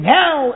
now